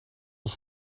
ons